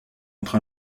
entre